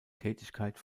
tätigkeit